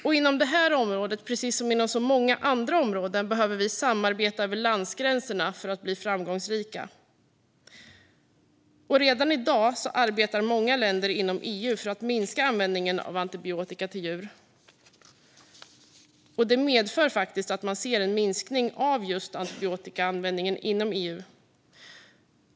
På det här området precis som på så många andra områden behöver vi samarbeta över landsgränserna för att bli framgångsrika. Redan i dag arbetar många länder inom EU för att minska användningen av antibiotika till djur. Det medför faktiskt att man ser en minskning av just antibiotikaanvändningen inom EU.